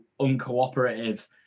uncooperative